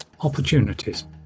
opportunities